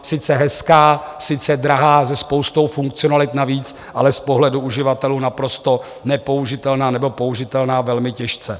Sice hezká, sice drahá se spoustou funkcionalit navíc, ale z pohledu uživatelů naprosto nepoužitelná, nebo použitelná velmi těžce.